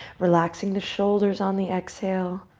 relaxing the shoulders on the exhale.